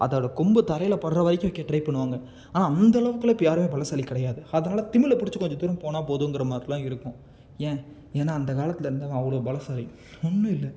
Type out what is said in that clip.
அதோடய கொம்பை தரையில் படுற வரைக்கும் வைக்க ட்ரை பண்ணுவாங்க ஆனால் அந்த அளவுக்கெல்லாம் இப்போ யாருமே பலசாலி கிடையாது அதனால் திமிலை பிடிச்சி கொஞ்சம் தூரம் போனால் போதும்ங்கிற மாதிரிலாம் இருக்கும் ஏன் ஏன்னா அந்த காலத்தில் இருந்தவங்க அவ்வளோ பலசாலி ஒன்னுமில்ல